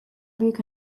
büyük